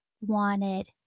wanted